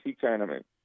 tournament